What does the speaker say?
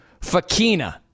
Fakina